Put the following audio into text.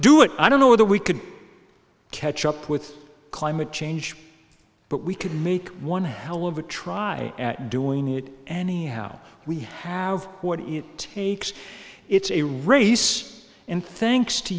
do it i don't know that we could catch up with climate change but we could make one hell of a try at doing it anyhow we have what it takes it's a race and thanks to